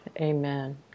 Amen